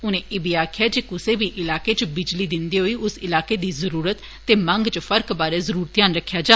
उनें एह् बी आक्खेआ जे कुसै बी इलाके च बिजली दिंदे होई उस इलाकें दी जरूरत ते मंग च फर्क बारै जरूर घ्यान रक्खेआ जा